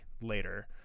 later